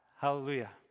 Hallelujah